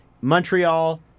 Montreal